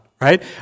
right